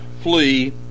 flee